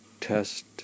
test